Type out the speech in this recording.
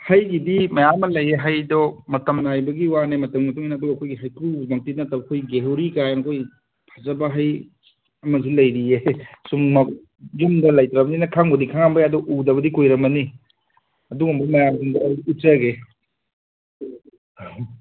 ꯍꯩꯒꯤꯗꯤ ꯃꯌꯥꯝ ꯑꯃ ꯂꯩꯌꯦ ꯍꯩꯗꯣ ꯃꯇꯝ ꯅꯥꯏꯕꯒꯤ ꯋꯥꯅꯦ ꯃꯇꯝꯒꯤ ꯃꯇꯨꯡꯏꯟꯅ ꯑꯗꯣ ꯑꯩꯈꯣꯏꯒꯤ ꯍꯩꯀ꯭ꯔꯨꯃꯛꯇꯤ ꯅꯠꯇꯕ ꯑꯩꯈꯣꯏ ꯒꯦꯍꯨꯔꯤꯒꯥꯏꯅ ꯑꯩꯈꯣꯏ ꯐꯖꯕ ꯍꯩ ꯑꯃꯁꯨ ꯂꯩꯔꯤꯌꯦ ꯁꯨꯝꯃꯛ ꯌꯨꯝꯗ ꯂꯩꯇ꯭ꯔꯃꯤꯅ ꯈꯪꯕꯨꯗꯤ ꯈꯪꯉꯝꯕ ꯌꯥꯏ ꯑꯗꯣ ꯎꯗꯕꯗꯤ ꯀꯨꯏꯔꯝꯃꯅꯤ ꯑꯗꯨꯒꯨꯝꯕ ꯃꯌꯥꯝꯁꯤꯡꯗꯣ ꯑꯩ ꯎꯠꯆꯒꯦ